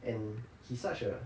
and he's such a